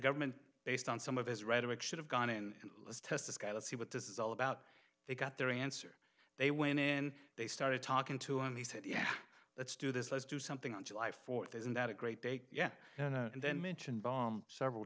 government based on some of his rhetoric should have gone in let's test the scale see what this is all about they got their answer they when they started talking to him he said yeah let's do this let's do something on july fourth isn't that a great day yeah and then mention bomb several